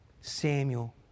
Samuel